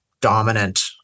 dominant